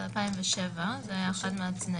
ב-2007 זה היה אחד מהתנאים.